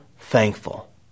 thankful